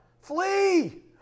Flee